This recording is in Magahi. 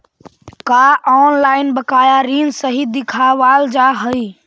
का ऑनलाइन बकाया ऋण सही दिखावाल जा हई